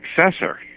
successor